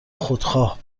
خودخواه